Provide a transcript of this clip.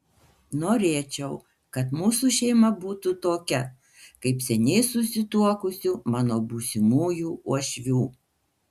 norėčiau kad mūsų šeima būtų tokia kaip seniai susituokusių mano būsimųjų uošvių